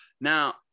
now